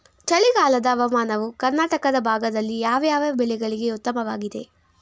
ಚಳಿಗಾಲದ ಹವಾಮಾನವು ಕರ್ನಾಟಕದ ಭಾಗದಲ್ಲಿ ಯಾವ್ಯಾವ ಬೆಳೆಗಳಿಗೆ ಉತ್ತಮವಾಗಿದೆ?